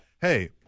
hey